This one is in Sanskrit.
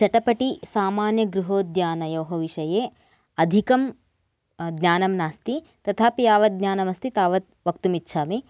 चटपटी सामान्यगृहोद्यानयोः विषये अधिकं ज्ञानं नास्ति तथापि यावद् ज्ञानम् अस्ति तावद् वक्तुम् इच्छामि